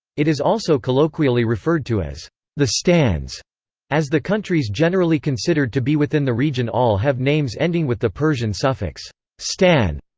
it is also colloquially referred to as the stans as the countries generally considered to be within the region all have names ending with the persian suffix stan,